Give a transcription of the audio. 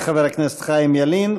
תודה לחבר הכנסת חיים ילין.